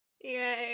Yay